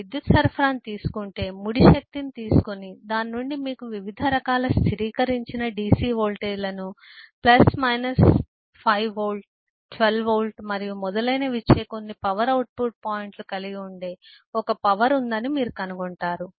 మీరు విద్యుత్ సరఫరాను తీసుకుంటే ముడి శక్తి ని తీసుకొని దానినుండి మీకు వివిధ రకాల స్థిరీకరించిన DC వోల్టేజ్లను ప్లస్ మైనస్ 5 వోల్ట్లు 5V 12 వోల్ట్లు మరియు మొదలైనవి ఇచ్చే కొన్ని పవర్ అవుట్ పాయింట్లు కలిగి ఉండే ఒక పవర్ ఉందని మీరు కనుగొంటారు